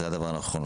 זה הדבר הנכון.